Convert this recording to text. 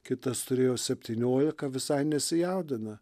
kitas turėjo septyniolika visai nesijaudina